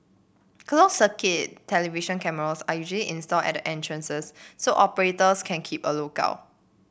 closed circuit television cameras are usually installed at the entrances so operators can keep a look out